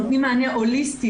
נותנים מענה הוליסטי,